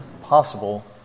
possible